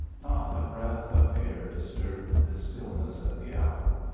not a breath of air disturbed the still ness of the hour,